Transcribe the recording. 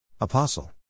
Apostle